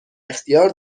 اختیار